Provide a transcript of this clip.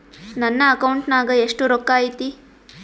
ನನ್ನ ಅಕೌಂಟ್ ನಾಗ ಎಷ್ಟು ರೊಕ್ಕ ಐತಿ?